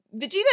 Vegeta